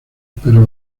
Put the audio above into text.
pero